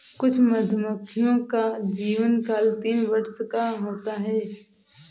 कुछ मधुमक्खियों का जीवनकाल तीन वर्ष का होता है